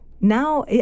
now